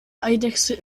eidechse